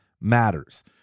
matters